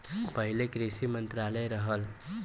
पहिले कृषि मंत्रालय रहल